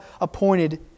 appointed